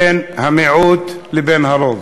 בין המיעוט לבין הרוב.